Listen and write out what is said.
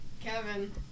Kevin